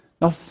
Now